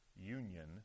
union